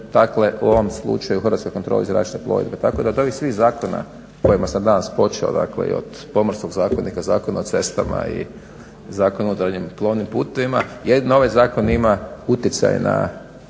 u ovom slučaju Hrvatskoj kontroli zračne plovidbe. Tako da od ovih svih zakona s kojima sam danas počeo, dakle i od Pomorskog zakonika, Zakona o cestama i Zakona o unutarnjih plovnim putevima, jedino ovaj zakon ima utjecaj na